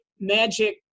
magic